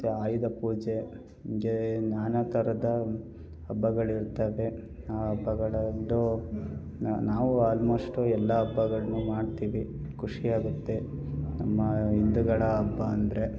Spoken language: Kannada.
ಮತ್ತು ಆಯುಧ ಪೂಜೆ ಹಂಗೆ ನಾನಾ ಥರದ ಹಬ್ಬಗಳಿರುತ್ತಾವೆ ಆ ಹಬ್ಬಗಳಂದು ನಾವು ಆಲ್ಮೋಸ್ಟು ಎಲ್ಲ ಹಬ್ಬಗಳನ್ನು ಮಾಡ್ತೀವಿ ಖುಷಿ ಆಗುತ್ತೆ ನಮ್ಮ ಹಿಂದುಗಳ ಹಬ್ಬ ಅಂದರೆ